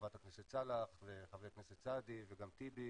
חברת הכנסת סאלח וחבר הכנסת סעדי וגם חבר הכנסת טיבי